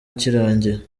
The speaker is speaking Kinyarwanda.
kirangiye